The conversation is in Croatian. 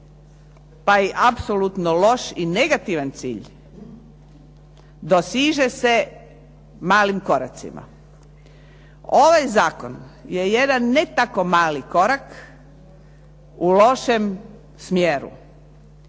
pa i apsolutni loš i negativan cilj dosiže se malim koracima. Ovaj zakon je jedan ne tako mali korak u lošem smjeru.